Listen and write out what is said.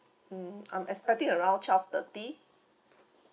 mm I'm expecting around twelve thirty